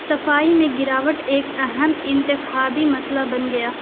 صفائی میں گراوٹ ایک اہم انتخابی مسئلہ بن گیا